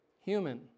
human